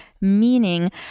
meaning